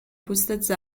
پوستت